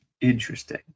Interesting